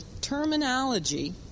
terminology